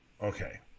Okay